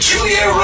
Julia